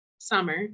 Summer